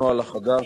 ישראלים,